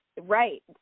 Right